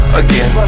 again